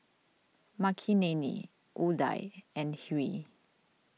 Makineni Udai and Hri